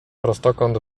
prostokąt